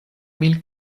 mil